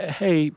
hey